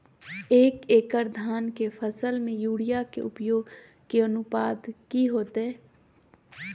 एक एकड़ धान के फसल में यूरिया के उपयोग के अनुपात की होतय?